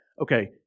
Okay